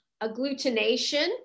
agglutination